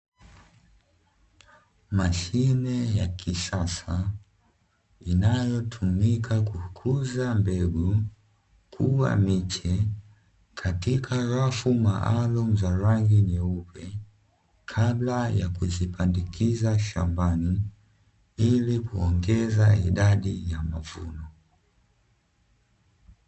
Mashine ya kisasa, inayotumika kukuza mbegu kuwa miche katika rafu maalumu za rangi nyeupe, kabla ya kuzipandikiza shambani ili kuongeza idadi ya mavuno.